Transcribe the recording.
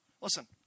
Listen